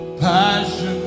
passion